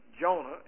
Jonah